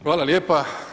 Hvala lijepa.